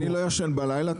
אני לא ישן בלילה,